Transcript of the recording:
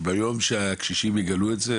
וביום שהקשישים יגלו את זה,